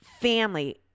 family